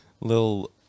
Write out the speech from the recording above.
Little